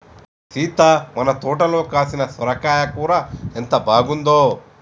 సీత మన తోటలో కాసిన సొరకాయ కూర ఎంత బాగుందో